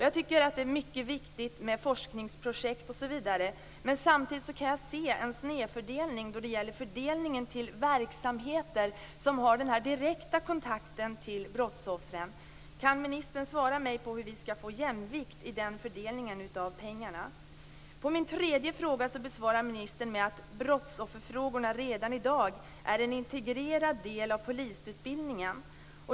Jag tycker att det är mycket viktigt med forskningsprojekt osv., men samtidigt kan jag se en snedfördelning när det gäller fördelningen till verksamheter som har den direkta kontakten med brottsoffren. Kan ministern svara mig på hur vi skall få jämvikt i den fördelningen av pengarna? Min tredje fråga besvarar ministern med att brottsofferfrågorna redan i dag är en integrerad del av polisutbildningen.